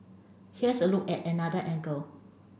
here's a look at another angle